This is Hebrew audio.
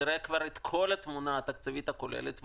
נראה את כל התמונה התקציבית הכוללת,